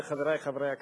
ולחברי חברי הכנסת,